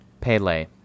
Pele